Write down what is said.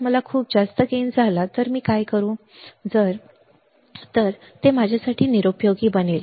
जर खूप जास्त गेन झाला तर मी काय करू बरोबर ते माझ्यासाठी निरुपयोगी बनले